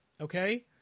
Okay